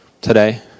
today